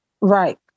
right